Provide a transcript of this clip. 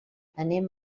anem